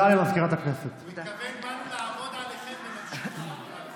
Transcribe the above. הוא התכוון: באנו לעבוד עליכם ונמשיך לעבוד עליכם.